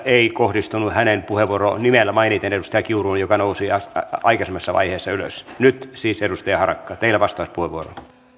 ei kohdistunut nimellä mainiten edustaja kiuruun joka nousi aikaisemmassa vaiheessa ylös nyt siis edustaja harakka teillä vastauspuheenvuoro